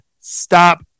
stop